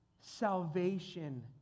salvation